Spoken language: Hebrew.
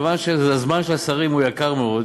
כיוון שהזמן של השרים יקר מאוד.